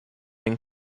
and